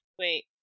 Wait